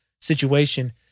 Situation